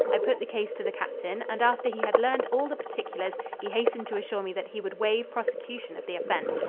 i put the case to the captain, and after he had learned all the particulars he hastened to assure me that he would waive prosecution of the offense.